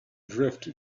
drift